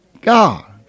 God